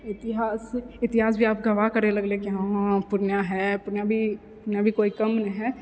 इतिहास इतिहास भी आब गवाह करे लगलै की हँ पूर्णिया है पूर्णिया भी पूर्णिया भी कोइ कम नहि है